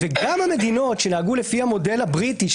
גם המדינות שנהגו לפי המודל הבריטי,